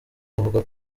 avuga